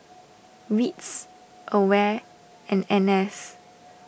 Wits Aware and N S